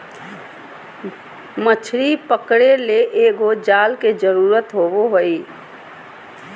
मछली पकरे ले एगो जाल के जरुरत होबो हइ